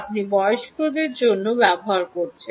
আপনি বয়স্কদের জন্য ব্যবহার করছেন